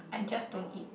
I just don't eat